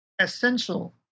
essential